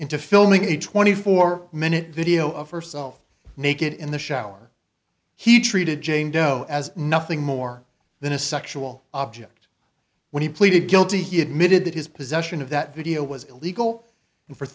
into filming a twenty four minute video of herself naked in the shower he treated jane doe as nothing more than a sexual object when he pleaded guilty he admitted that his possession of that video was illegal and for